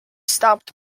stopped